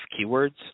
keywords